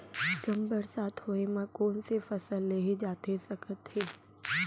कम बरसात होए मा कौन से फसल लेहे जाथे सकत हे?